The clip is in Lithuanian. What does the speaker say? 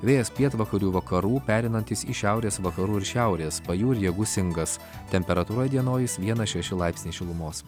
vėjas pietvakarių vakarų pereinantis į šiaurės vakarų ir šiaurės pajūryje gūsingas temperatūra įdienojus vienas šeši laipsniai šilumos